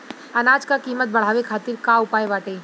अनाज क कीमत बढ़ावे खातिर का उपाय बाटे?